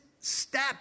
step